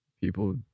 People